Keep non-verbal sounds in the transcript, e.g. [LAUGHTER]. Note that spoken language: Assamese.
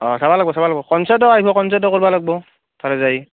অ' চাব লাগিব চাব লাগিব [UNINTELLIGIBLE] কৰিব লাগিব [UNINTELLIGIBLE]